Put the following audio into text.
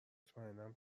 مطمئنم